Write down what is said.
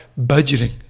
budgeting